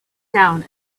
down